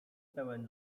pełen